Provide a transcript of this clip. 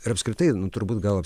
ir apskritai turbūt gal